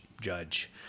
judge